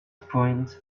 point